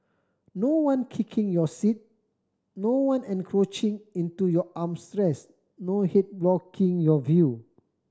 no one kicking your seat no one encroaching into your arms rest no head blocking your view